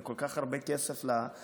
וזה כל כך הרבה כסף למדינה.